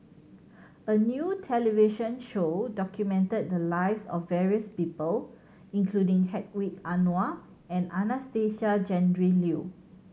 a new television show documented the lives of various people including Hedwig Anuar and Anastasia Tjendri Liew